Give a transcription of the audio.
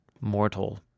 mortal